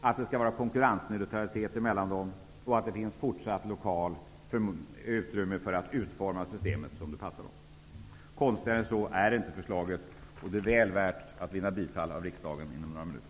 att det skall råda konkurrensneutralitet emellan dem och att det även i fortsättningen lokalt skall finnas utrymme för att utforma systemet som det passar. Konstigare än så är inte förslaget, och det är väl värt att vinna bifall av riksdagen inom några minuter.